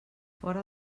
fora